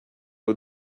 eux